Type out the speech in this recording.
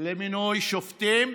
למינוי שופטים,